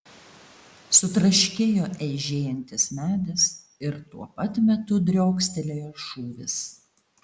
sutraškėjo eižėjantis medis ir tuo pat metu driokstelėjo šūvis